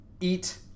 eat